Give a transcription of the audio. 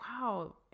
Wow